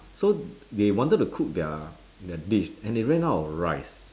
so they wanted to cook their their dish and they ran out of rice